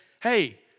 hey